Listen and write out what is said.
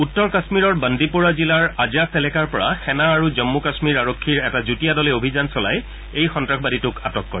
উত্তৰ কাশ্মীৰৰ বান্দিপোৰা জিলাৰ আজাছ এলেকাৰ পৰা সেনা আৰু জম্মু কাশ্মীৰ আৰক্ষীৰ এটা যুটীয়া দলে অভিযান চলাই এই সন্নাসবাদীটোক আটক কৰে